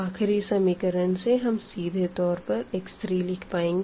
आखिरी इक्वेशन से हम सीधे तौर पर x3 लिख पाएंगे